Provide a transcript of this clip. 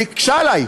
זה היקשה עליי,